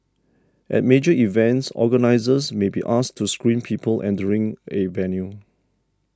at major events organisers may be asked to screen people entering a venue